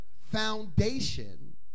foundation